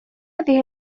هذه